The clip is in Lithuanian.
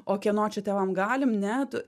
o kieno čia tėvam galim ne tu